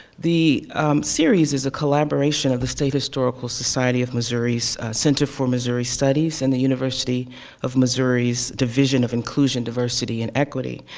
the series is a collaboration of the state historical society of missouri's center for missouri studies and the university of missouri's division of inclusion, diversity, and equity.